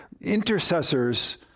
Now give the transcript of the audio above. intercessors